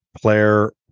player